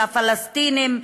של הפלסטינים,